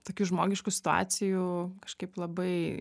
tokių žmogiškų situacijų kažkaip labai